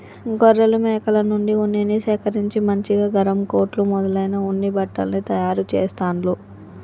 గొర్రెలు మేకల నుండి ఉన్నిని సేకరించి మంచిగా గరం కోట్లు మొదలైన ఉన్ని బట్టల్ని తయారు చెస్తాండ్లు